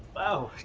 wow,